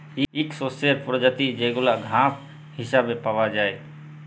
ইক শস্যের পরজাতি যেগলা ঘাঁস হিছাবে পাউয়া যায়